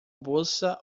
bolsa